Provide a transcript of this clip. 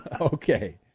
Okay